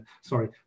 Sorry